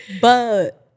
But-